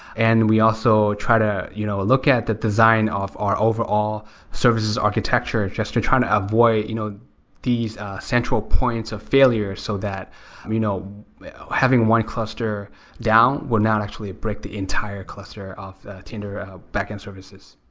and we also try to you know look at the design of our overall services architecture just to try and avoid you know these central points of failure so that you know having one cluster down will not actually break the entire cluster of the tinder backend services.